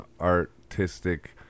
artistic